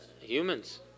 humans